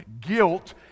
Guilt